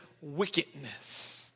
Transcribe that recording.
wickedness